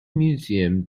museum